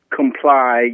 comply